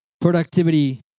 productivity